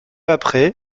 après